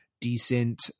decent